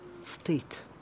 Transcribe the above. state